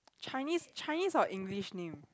Chinese Chinese or English name